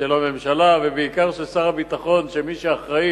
של הממשלה, ובעיקר של שר הביטחון, של מי שאחראי